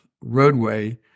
roadway